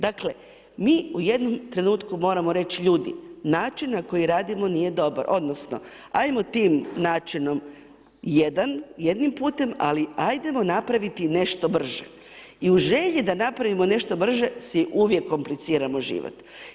Dakle, mi u jednom trenutku moramo reći ljudi, način na koji radimo nije dobar, odnosno, ajmo tim načinom jednim putem, ali ajdemo napraviti nešto brže i u želji da napravimo nešto brže si uvijek kompliciramo život.